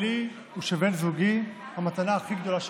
שלי ושל בן זוגי, המתנה הכי גדולה שקיבלנו.